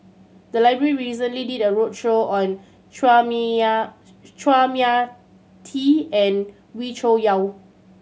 the library recently did a roadshow on Chua Mia Tee and Wee Cho Yaw